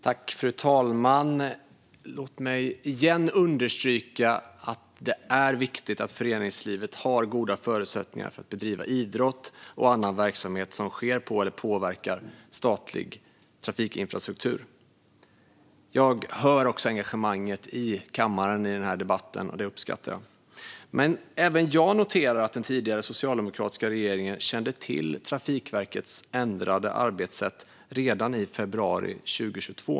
Fru talman! Låt mig igen understryka att det är viktigt att föreningslivet har goda förutsättningar för att bedriva idrott och annan verksamhet som sker på eller påverkar statlig trafikinfrastruktur. Jag hör också engagemanget i kammaren i den här debatten, och det uppskattar jag. Men även jag noterar att den tidigare socialdemokratiska regeringen kände till Trafikverkets ändrade arbetssätt redan i februari 2022.